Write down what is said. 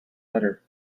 letter